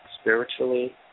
spiritually